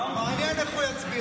מעניין איך הוא יסביר את זה.